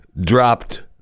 dropped